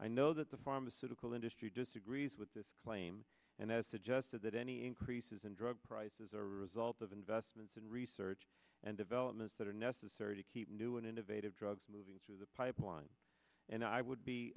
i know that the pharmaceutical industry disagrees with this claim and has suggested that any increases in drug prices are a result of investments in research and development that are necessary to keep new and innovative drugs moving through the pipeline and i would be